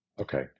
Okay